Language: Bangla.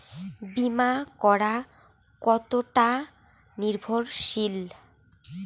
বীমা করা কতোটা নির্ভরশীল?